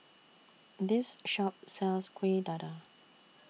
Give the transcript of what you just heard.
This Shop sells Kuih Dadar